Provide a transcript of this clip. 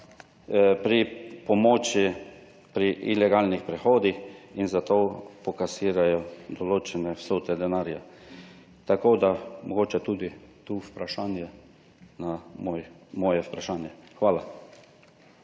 pri pomoči pri ilegalnih prehodih in zato pokasirajo določene vsote denarja. Tako da mogoče tudi tu vprašanje na moje vprašanje. Hvala.